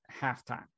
halftime